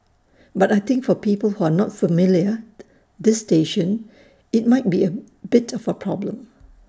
but I think for people who are not familiar this station IT might be A bit of A problem